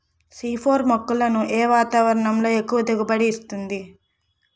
C four మొక్కలను ఏ వాతావరణంలో ఎక్కువ దిగుబడి ఇస్తుంది?